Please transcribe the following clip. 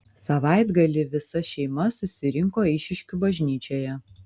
savaitgalį visa šeima susirinko eišiškių bažnyčioje